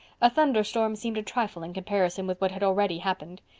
a thunderstorm seemed a trifle in comparison with what had already happened.